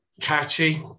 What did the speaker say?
catchy